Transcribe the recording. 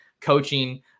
coaching